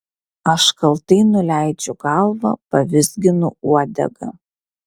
aš kaltai nuleidžiu galvą pavizginu uodegą